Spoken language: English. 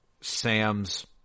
Sam's